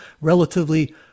relatively